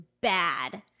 bad